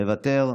מוותר.